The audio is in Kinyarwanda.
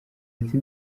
ati